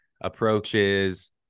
approaches